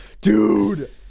dude